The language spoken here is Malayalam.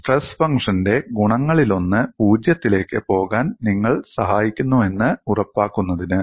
സ്ട്രെസ് ഫംഗ്ഷന്റെ ഗുണകങ്ങളിലൊന്ന് പൂജ്യത്തിലേക്ക് പോകാൻ നിങ്ങൾ സഹായിക്കുന്നുവെന്ന് ഉറപ്പാക്കുന്നതിന്